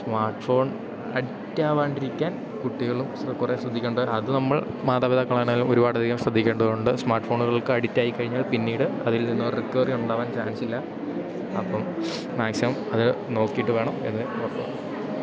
smart phone അഡിക്റ്റാകാണ്ടിരിക്കാൻ കുട്ടികളും കുറേ ശ്രദ്ധിക്കേണ്ട അതു നമ്മൾ മാതാപിതാക്കളാണെങ്കിലും ഒരുപാടധികം ശ്രദ്ധിക്കേണ്ടതുണ്ട് സ്മാർട്ട് ഫോണുകൾക്കഡിക്റ്റായിക്കഴിഞ്ഞാൽ പിന്നീട് അതിൽ നിന്നൊരു റിക്കവറിയുണ്ടാകാൻ ചാൻസില്ല അപ്പം മാക്സിമം അതു നോക്കിയിട്ടു വേണം എന്ന്